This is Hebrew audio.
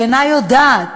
שאינה יודעת